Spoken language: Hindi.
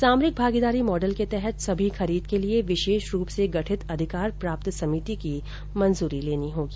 सामरिक भागीदारी माडल के तहत सभी खरीद के लिए विशेष रूप से गठित अधिकार प्राप्त समिति की मंजूरी लेनी होगी